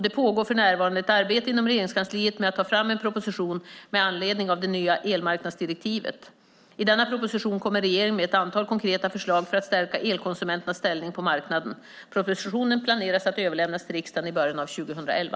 Det pågår för närvarande ett arbete inom Regeringskansliet med att ta fram en proposition med anledning av det nya elmarknadsdirektivet. I denna proposition kommer regeringen med ett antal konkreta förslag för att stärka elkonsumenternas ställning på marknaden. Propositionen planeras att överlämnas till riksdagen i början av 2011.